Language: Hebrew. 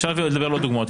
אפשר לדבר על עוד דוגמאות.